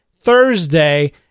Thursday